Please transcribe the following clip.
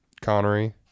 connery